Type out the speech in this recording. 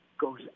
goes